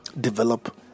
develop